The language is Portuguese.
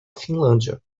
finlândia